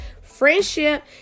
Friendship